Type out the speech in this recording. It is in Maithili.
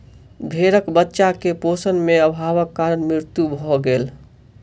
भेड़क बच्चा के पोषण में अभावक कारण मृत्यु भ गेल